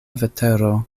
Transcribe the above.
vetero